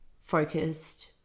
focused